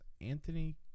Anthony